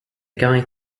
guy